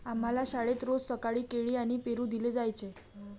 आम्हाला शाळेत रोज सकाळी केळी आणि पेरू दिले जायचे